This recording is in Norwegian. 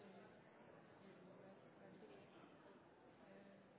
ute